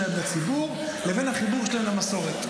שלהם לציבור לבין החיבור שלהם למסורת.